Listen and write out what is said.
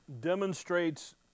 demonstrates